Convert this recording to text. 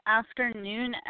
afternoon